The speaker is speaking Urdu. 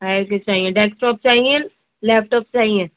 ہائر کے چاہیے ڈیسک ٹاپ چاہیے لیپ ٹاپ چاہیے